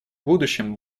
будущем